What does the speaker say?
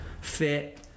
fit